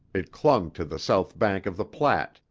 it clung to the south bank of the platte,